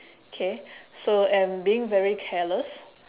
K so and being very careless